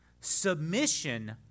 Submission